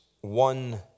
one